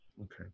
Okay